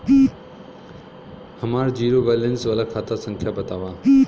हमार zero balance वाला खाता संख्या वतावा?